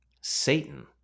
Satan